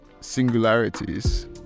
singularities